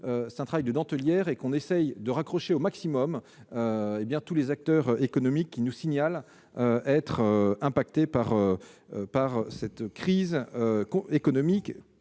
un travail de dentellière et que nous essayons de raccrocher au maximum tous les acteurs économiques qui nous signalent subir l'impact de cette crise économique